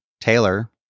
Taylor